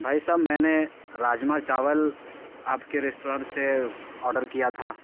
بھائی صاحب میں نے راجمہ چاول آپ کے ریسٹورنٹ سے آرڈر کیا تھا